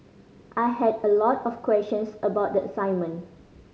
I had a lot of questions about the assignment